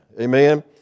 Amen